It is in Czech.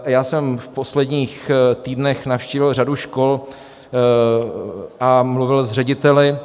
Já jsem v posledních týdnech navštívil řadu škol a mluvil s řediteli.